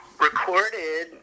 recorded